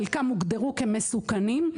חלקם הוגדרו כמסוכנים,